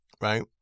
right